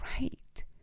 right